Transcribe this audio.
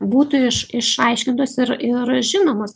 būtų iš išaiškintos ir ir žinomos